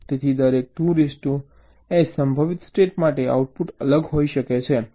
તેથી દરેક 2S સંભવિત સ્ટેટ માટે આઉટપુટ અલગ હોઈ શકે છે